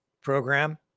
program